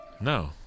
No